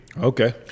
Okay